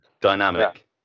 dynamic